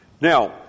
Now